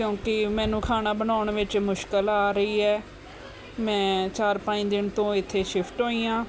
ਕਿਉਂਕਿ ਮੈਨੂੰ ਖਾਣਾ ਬਣਾਉਣ ਵਿੱਚ ਮੁਸ਼ਕਿਲ ਆ ਰਹੀ ਹੈ ਮੈਂ ਚਾਰ ਪੰਜ ਦਿਨ ਤੋਂ ਇੱਥੇ ਸ਼ਿਫਟ ਹੋਈ ਹਾਂ